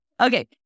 Okay